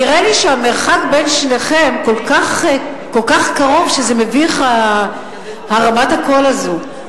נראה לי שהמרחק בין שניכם כל כך קטן שזה מביך הרמת הקול הזאת.